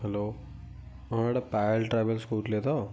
hello ହଁ ଏଇଟା Payal travels କହୁଥିଲେ ତ